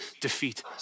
defeat